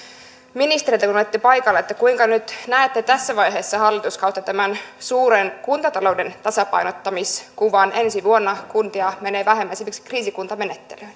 ministeriltä kun olette paikalla kuinka nyt näette tässä vaiheessa hallituskautta tämän suuren kuntatalouden tasapainottamiskuvan ensi vuonna kuntia menee vähemmän esimerkiksi kriisikuntamenettelyyn